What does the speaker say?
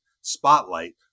spotlight